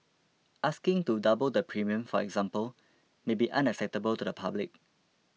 asking to double the premium for example may be unacceptable to the public